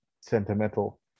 sentimental